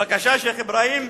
בבקשה, שיח' אברהים,